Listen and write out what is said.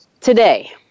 today